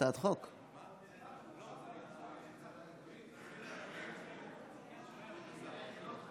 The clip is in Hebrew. הצעת חוק בקריאה טרומית למניעת העסקה בתחום